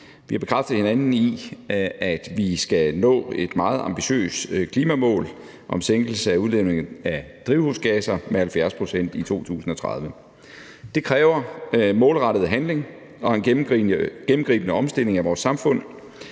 Vi har bekræftet hinanden i, at vi skal nå et meget ambitiøst klimamål om sænkning af udledning af drivhusgasser med 70 pct. i 2030. Det kræver målrettet handling og en gennemgribende omstilling af vores samfund,